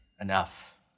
enough